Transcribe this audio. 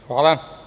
Hvala.